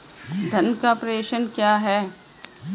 धन का प्रेषण क्या है?